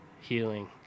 healing